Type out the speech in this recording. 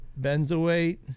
benzoate